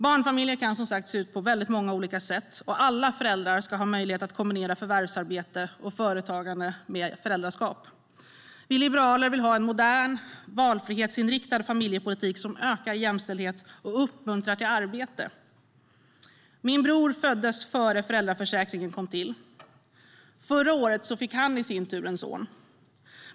Barnfamiljer kan som sagt se ut på många olika sätt, och alla föräldrar ska ha möjlighet att kombinera förvärvsarbete och företagande med föräldraskap. Vi liberaler vill ha en modern, valfrihetsinriktad familjepolitik som ökar jämställdheten och uppmuntrar till arbete. Min bror föddes innan föräldraförsäkringen kom till. Förra året fick han i sin tur en son.